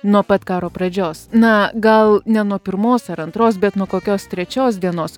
nuo pat karo pradžios na gal ne nuo pirmos ar antros bet nuo kokios trečios dienos